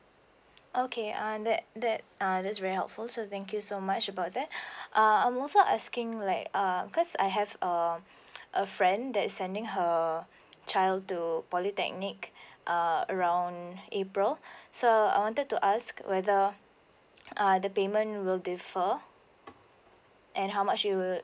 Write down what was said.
okay uh that that uh that's very helpful so thank you so much about that um I am also asking like uh cause I have um a friend that is sending her child to polytechnic uh around april so I wanted to ask whether uh the payment will differ and how much it would